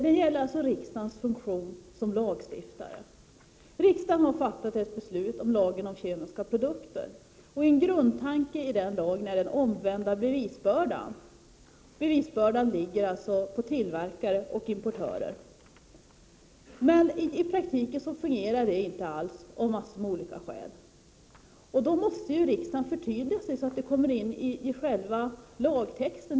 Det gäller riksdagens funktion som lagstiftare. Riksdagen har fattat beslut om lagen om kemiska produkter. En grundtanke i den lagen är den omvända bevisbördan. Bevisbör dan ligger alltså på tillverkare och importörer. Men i praktiken fungerar det inte alls, av massor av olika skäl. Då måste riksdagen förtydliga sig, så att det kommer in i själva lagtexten.